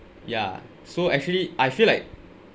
ya so actually I feel like